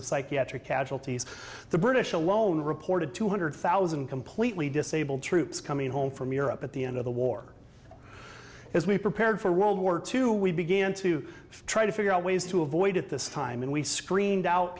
of psychiatric casualties the british alone reported two hundred thousand completely disabled troops coming home from europe at the end of the war as we prepared for world war two we began to try to figure out ways to avoid it this time and we screened out